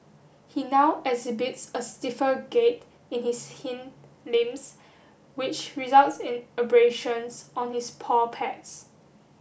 he now exhibits a stiffer gait in his hind limbs which results in abrasions on his paw pads